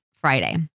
Friday